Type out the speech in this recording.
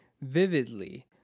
vividly